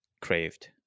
craved